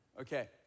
okay